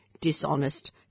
dishonest